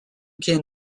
came